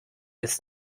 ist